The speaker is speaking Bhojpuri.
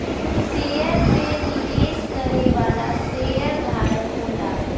शेयर में निवेश करे वाला शेयरधारक होला